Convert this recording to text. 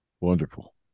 Wonderful